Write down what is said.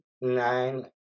nine